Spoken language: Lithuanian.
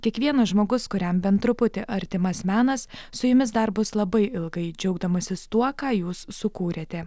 kiekvienas žmogus kuriam bent truputį artimas menas su jumis dar bus labai ilgai džiaugdamasis tuo ką jūs sukūrėte